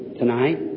tonight